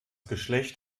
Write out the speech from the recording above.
geschlecht